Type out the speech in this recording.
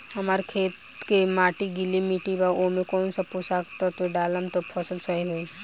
हमार खेत के माटी गीली मिट्टी बा ओमे कौन सा पोशक तत्व डालम त फसल सही होई?